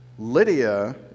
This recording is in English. Lydia